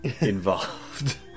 involved